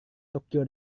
tokyo